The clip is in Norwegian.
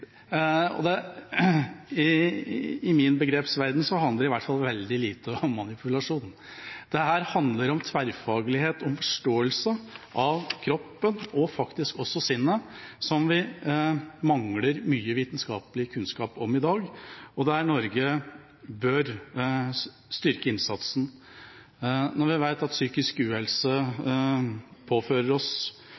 i hvert fall veldig lite om manipulasjon. Dette handler om tverrfaglighet, om forståelse av kroppen og faktisk også sinnet som vi mangler mye vitenskapelig kunnskap om i dag, og der bør Norge styrke innsatsen. Når vi vet at psykisk uhelse påfører oss,